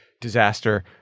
disaster